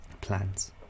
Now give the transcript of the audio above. plans